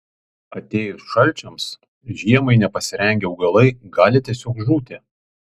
atėjus šalčiams žiemai nepasirengę augalai gali tiesiog žūti